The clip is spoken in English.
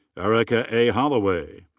eric ah a. holloway.